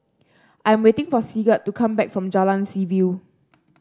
I am waiting for Sigurd to come back from Jalan Seaview